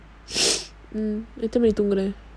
I tell you tomorrow